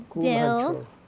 dill